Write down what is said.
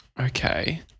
Okay